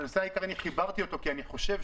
אני חיברתי את הנושא העיקרי כי,